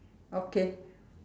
okay